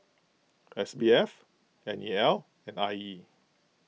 S B F N E L and I E